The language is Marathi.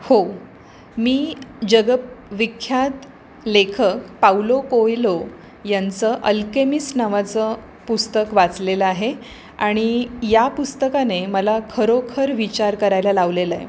हो मी जगविख्यात लेखक पावलो कोयलो यांचं अल्केमिस्ट नावाचं पुस्तक वाचलेलं आहे आणि या पुस्तकाने मला खरोखर विचार करायला लावलेला आहे